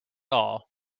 all